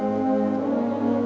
oh